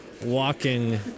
walking